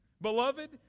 Beloved